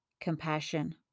compassion